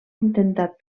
intentat